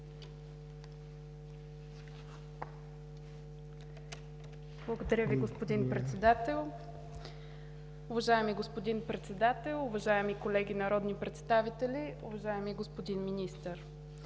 Благодаря Ви, господин Председател. Уважаеми господин Председател, уважаеми колеги народни представители! Уважаеми господин Министър,